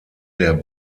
der